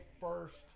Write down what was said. first